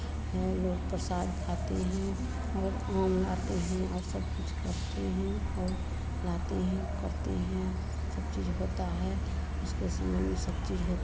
हैं लोग प्रसाद खाती हैं और आम लाते हैं और सब कुछ करते हैं और रहते हैं करते हैं सब चीज़ होता है उसको सामने में सब चीज़ होता है